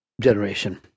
generation